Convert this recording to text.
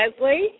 Leslie